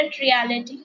reality